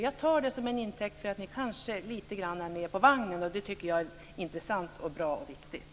Jag tar det som intäkt för att ni kanske lite grann är med på vagnen, och det tycker jag är intressant, bra och viktigt.